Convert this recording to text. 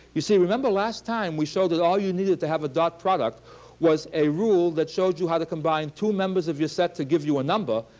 you see, remember last time we showed that all you needed to have a dot product was a rule that showed you how to combine two members of your set to give you a number?